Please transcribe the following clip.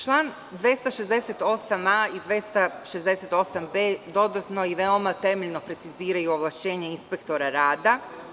Član 268a i 268b dodatno i veoma temeljno preciziraju ovlašćenja inspektora rada.